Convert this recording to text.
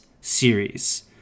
series